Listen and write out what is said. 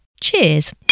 Cheers